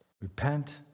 Repent